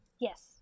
yes